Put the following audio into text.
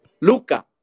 Luca